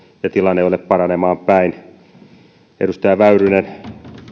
ja tilanne ei ole paranemaan päin edustaja väyrynen oli